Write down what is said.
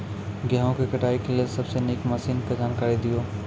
गेहूँ कटाई के लेल सबसे नीक मसीनऽक जानकारी दियो?